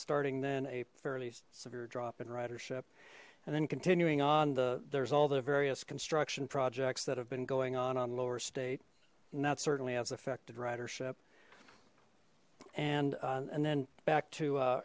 starting then a fairly severe drop in ridership and then continuing on the there's all the various construction projects that have been going on on lower state and that certainly has affected ridership and and then back to